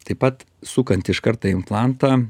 taip pat sukant iš karto implantą